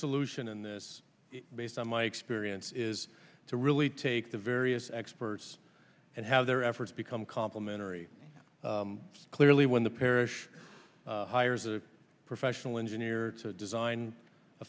solution in this based on my experience is to really take the various experts and have their efforts become complimentary clearly when the parish hires a professional engineer to design a